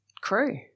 crew